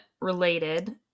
related